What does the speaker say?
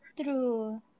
True